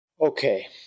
Okay